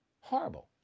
Horrible